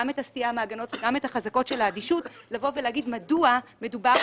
גם את הסטייה מהגנות וגם את חזקות האדישות לבוא ולהגיד מדוע מדובר